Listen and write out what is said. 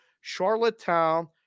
Charlottetown